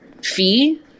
fee